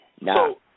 No